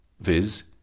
Viz